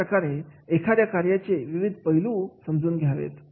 अशा प्रकारे एखाद्या कार्याचे विविध पैलू समजून घ्यावे